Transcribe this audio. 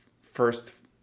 first